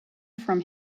from